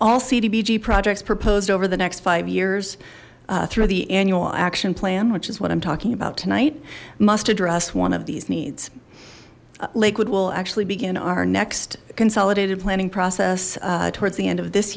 cdbg projects proposed over the next five years through the annual action plan which is what i'm talking about tonight must address one of these needs lakewood will actually begin our next consolidated planning process towards the end of this